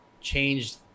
changed